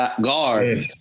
guard